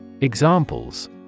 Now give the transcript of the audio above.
Examples